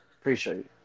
Appreciate